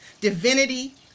divinity